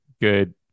good